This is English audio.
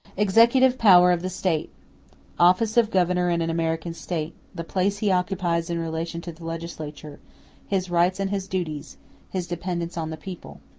executive power of the state office of governor in an american state the place he occupies in relation to the legislature his rights and his duties his dependence on the people.